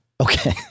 Okay